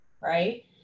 right